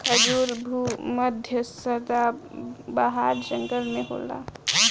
खजूर भू मध्य सदाबाहर जंगल में होला